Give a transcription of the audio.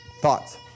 Thoughts